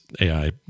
AI